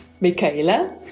Michaela